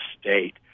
state